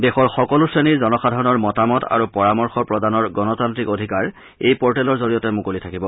দেশৰ সকলো শ্ৰেণীৰ জনসাধাৰণৰ মতামত আৰু পৰামৰ্শ প্ৰদানৰ গণতান্ত্ৰিক অধিকাৰ এই পৰ্টেলৰ জৰিয়তে মুকলি থাকিব